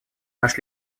наш